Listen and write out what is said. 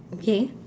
okay